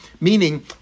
Meaning